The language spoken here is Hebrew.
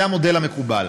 זה המודל המקובל.